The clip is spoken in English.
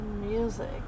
Music